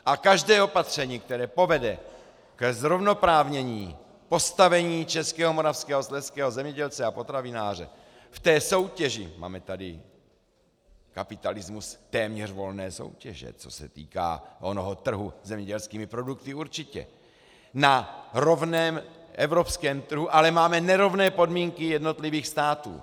A každé opatření, které povede ke zrovnoprávnění postavení českého, moravského, slezského zemědělce a potravináře v té soutěži máme tady kapitalismus téměř volné soutěže, co se týká onoho trhu se zemědělskými produkty určitě, na rovném evropském trhu, ale máme nerovné podmínky jednotlivých států.